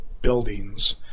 buildings